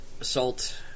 assault